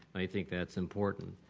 i think that's important.